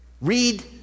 Read